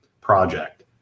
project